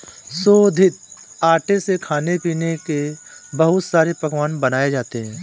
शोधित आटे से खाने पीने के बहुत सारे पकवान बनाये जाते है